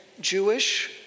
Jewish